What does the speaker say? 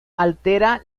altera